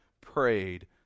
prayed